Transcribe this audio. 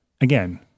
again